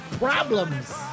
Problems